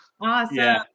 Awesome